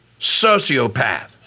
sociopath